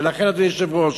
ולכן, אדוני היושב-ראש,